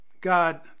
God